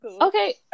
okay